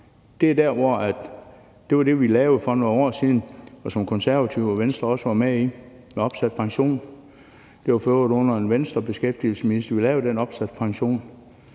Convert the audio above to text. Det var det, vi lavede for nogle år siden, og som Konservative og Venstre også var med i, med opsat pension. Det var for øvrigt under en Venstrebeskæftigelsesminister, at vi lavede det med den opsatte pension,